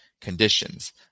conditions